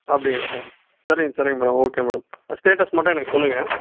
அப்படிங்களா சரிங் சரிங்க மேடம் ஓகே மேடம் ஆ ஸ்டேட்டஸ் மட்டும் எனக்கு சொல்லுங்கள்